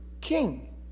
king